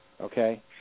okay